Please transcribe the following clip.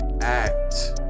act